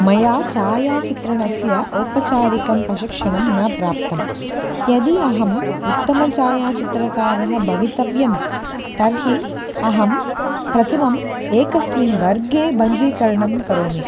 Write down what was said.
मया छायाचित्रणस्य औपचारिकं प्रशिक्षणं न प्राप्तं यदि अहम् उत्तमः छायाचित्रकारः भवितव्यं तर्हि अहं प्रथमम् एकस्मिन् वर्गे भञ्जीकरणं करोमि